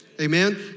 Amen